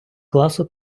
класу